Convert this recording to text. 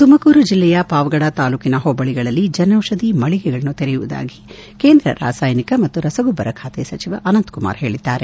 ತುಮಕೂರು ಜಿಲ್ಲೆಯ ಪಾವಗಡ ತಾಲೂಕಿನ ಹೋಬಳಿಗಳಲ್ಲಿ ಜನೌಷಧಿ ಮಳಿಗೆಗಳನ್ನು ತೆರೆಯುವುದಾಗಿ ಕೇಂದ್ರ ರಾಸಾಯನಿಕ ಮತ್ತು ರಸಗೊಬ್ಲರ ಖಾತೆ ಸಚಿವ ಅನಂತಕುಮಾರ್ ಹೇಳಿದ್ದಾರೆ